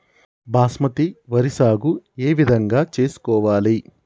బాస్మతి వరి సాగు ఏ విధంగా చేసుకోవాలి?